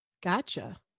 Gotcha